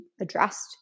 addressed